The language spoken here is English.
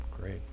Great